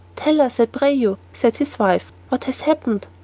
tell us, i pray you, said his wife, what has happened.